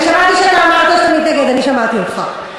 אני שמעתי שאתה אמרת שאתה מתנגד, אני שמעתי אותך.